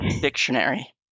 Dictionary